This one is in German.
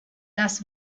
das